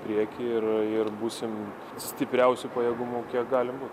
priekį ir ir būsim stipriausių pajėgumų kiek galim bū